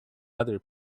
other